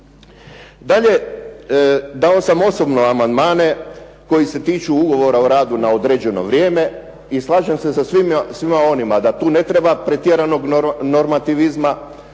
Dalje, dao sam osobno amandmane koji se tiču ugovora o radu na određeno vrijeme. I slažem se sa svima onima da tu ne treba pretjeranog normativizma,